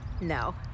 No